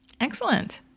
Excellent